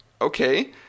okay